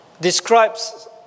describes